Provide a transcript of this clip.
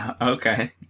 Okay